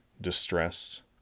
distress